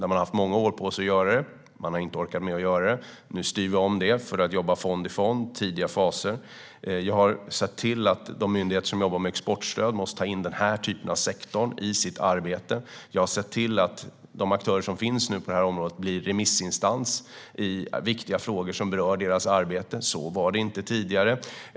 Man har haft många år på sig att göra det men inte orkat med det. Nu styr vi om det för att jobba fond i fond och med tidiga faser. Jag har sett till att de myndigheter som jobbar med exportstöd måste ta in den här typen av sektor i sitt arbete, och jag har sett till att de aktörer som finns på området blir remissinstanser i viktiga frågor som berör deras arbete. Så var det inte tidigare.